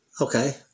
Okay